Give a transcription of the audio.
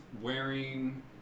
wearing